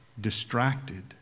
distracted